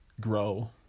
grow